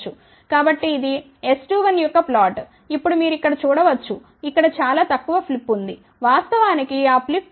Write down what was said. కాబట్టి ఇదిS21యొక్క ప్లాట్ ఇప్పుడు మీరు ఇక్కడ చూడ వచ్చు ఇక్కడ చాలా తక్కువ ఫ్లిప్ ఉంది వాస్తవానికి ఆ ఫ్లిప్ ఇక్కడ 0